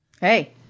Hey